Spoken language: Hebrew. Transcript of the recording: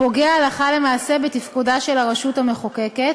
פוגע הלכה למעשה בתפקודה של הרשות המחוקקת,